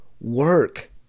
work